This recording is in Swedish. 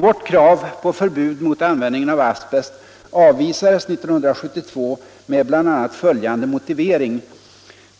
Vårt krav på förbud mot användningen av asbest avvisades 1972 med bl.a. följande motivering: